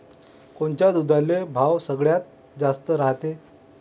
कोनच्या दुधाले भाव सगळ्यात जास्त रायते?